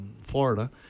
Florida